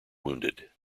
wounded